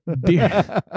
Beer